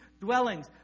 dwellings